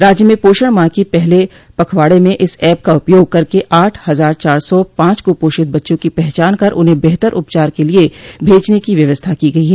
राज्य में पोषण माह की पहले पखवाड़े में इस एप का उपयोग करके आठ हजार चार सौ पांच क्रपोषित बच्चों की पहचान कर उन्हें बेहतर उपचार के लिए भेजने की व्यवस्था की गई है